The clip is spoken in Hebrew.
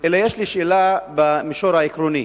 אלא שיש לי שאלה במישור העקרוני.